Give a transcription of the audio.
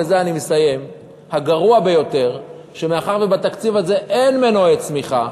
ובזה אני מסיים: הגרוע ביותר הוא שמאחר שבתקציב הזה אין מנועי צמיחה,